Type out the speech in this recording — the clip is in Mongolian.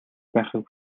байхыг